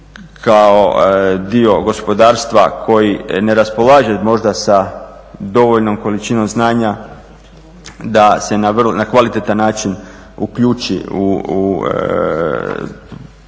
kao dio gospodarstva koji ne raspolaže možda sa dovoljnom količinom znanja da se na kvalitetan način uključi u